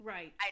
Right